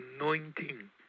anointing